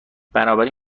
بنابراین